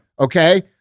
Okay